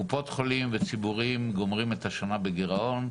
של קופות חולים וציבוריים - גומרים את השנה בגירעון.